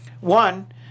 one